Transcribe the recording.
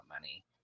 money